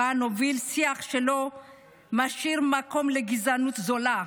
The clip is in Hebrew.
הבה נוביל שיח שלא משאיר מקום לגזענות זולה,